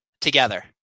together